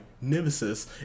Nemesis